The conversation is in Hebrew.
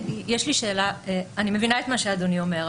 אני מבינה מה שאדוני אומר.